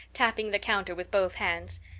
tapping the counter with both hands.